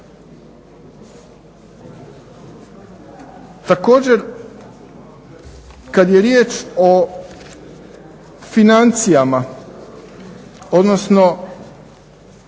Također, kad je riječ o financijama, odnosno